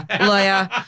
Lawyer